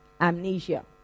amnesia